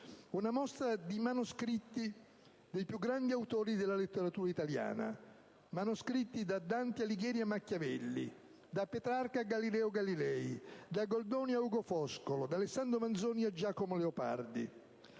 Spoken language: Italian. Una mostra di manoscritti dei più grandi autori della letteratura italiana: da Dante Alighieri a Machiavelli, da Petrarca a Galileo Galilei, da Goldoni a Ugo Foscolo, da Alessandro Manzoni a Giacomo Leopardi.